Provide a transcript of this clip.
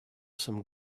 some